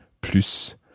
PLUS